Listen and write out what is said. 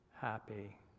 Happy